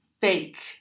fake